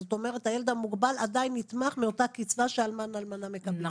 זאת אומרת הילד המוגבל עדיין נתמך מאותה קצבה שאלמן או אלמנה מקבלים.